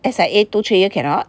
S_I_A two three year cannot